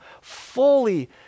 fully